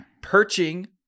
perching